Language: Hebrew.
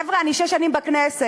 חבר'ה, אני שש שנים בכנסת.